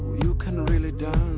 you can really dance.